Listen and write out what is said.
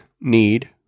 need